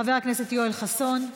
חבר הכנסת יואל חסון,